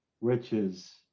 riches